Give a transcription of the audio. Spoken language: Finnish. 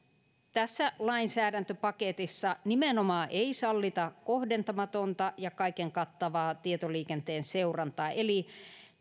tässä lainsäädäntöpaketissa nimenomaan ei sallita kohdentamatonta ja kaiken kattavaa tietoliikenteen seurantaa eli